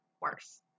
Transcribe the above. worse